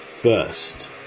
First